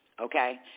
Okay